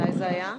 מתי זה היה?